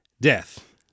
death